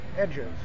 edges